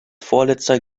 vorletzter